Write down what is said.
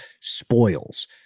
spoils